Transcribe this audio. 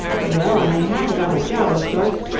well, i have got a job of sorts,